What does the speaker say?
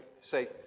say